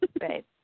Right